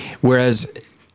Whereas